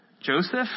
Joseph